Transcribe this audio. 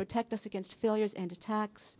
protect us against failures and attacks